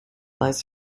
lies